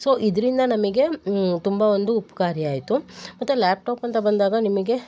so ಇದರಿಂದ ನಮಗೆ ತುಂಬ ಒಂದು ಉಪಕಾರಿ ಆಯಿತು ಮತ್ತು ಲ್ಯಾಪ್ಟಾಪ್ ಅಂತ ಬಂದಾಗ ನಿಮಗೆ